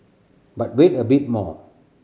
but wait a bit more